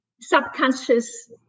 subconscious